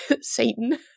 Satan